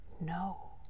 No